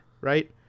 right